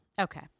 Okay